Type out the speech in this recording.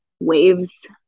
Waves